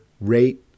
Rate